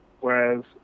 whereas